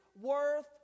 worth